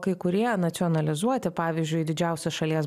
kai kurie nacionalizuoti pavyzdžiui didžiausias šalies